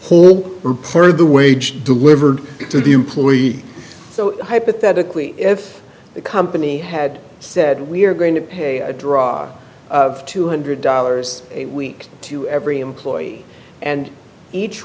third the wage delivered to the employee so hypothetically if the company had said we're going to pay a drop of two hundred dollars a week to every employee and each